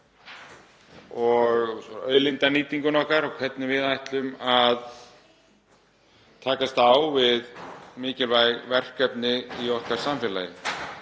og auðlindanýtingu okkar og hvernig við ætlum að takast á við mikilvæg verkefni í okkar samfélagi.